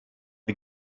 mae